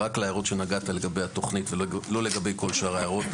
אתייחס רק להערות שנגעו לגבי התוכנית ולא לכל שאר ההערות.